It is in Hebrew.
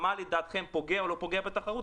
מה לדעתכם פוגע או לא פוגע בתחרות,